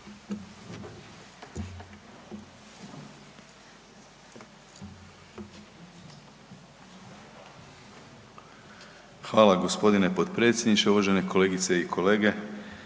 Hvala g. potpredsjedniče. Uvažene kolegice i kolege.